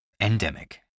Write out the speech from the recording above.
Endemic